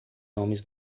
homens